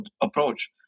approach